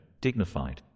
dignified